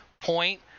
point